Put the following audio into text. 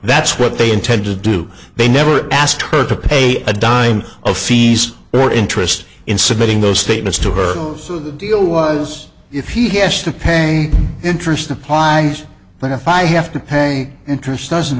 that's what they intend to do they never asked her to pay a dime of fees or interest in submitting those statements to her of the deal was if he has to pay interest applies but if i have to pay interest doesn't